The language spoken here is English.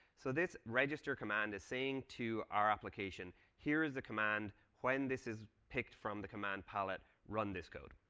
so this register command is saying to our application, here's the command. when this is picked from the command pilot, run this code.